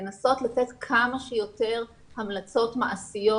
לנסות ולתת כמה שיותר המלצות מעשיות